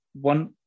one